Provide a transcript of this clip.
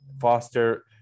foster